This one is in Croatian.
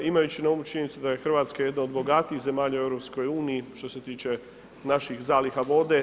Imajući na umu činjenicu da je Hrvatska jedna od bogatijih zemalja u EU, što se tiče naših zaliha vode.